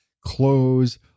clothes